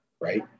right